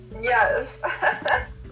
Yes